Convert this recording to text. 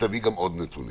תביא עוד נתונים